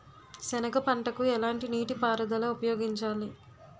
సెనగ పంటకు ఎలాంటి నీటిపారుదల ఉపయోగించాలి?